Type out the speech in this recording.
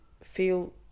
feel